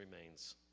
remains